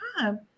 time